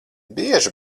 bieži